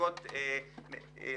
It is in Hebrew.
כל הגורמים המקצועיים,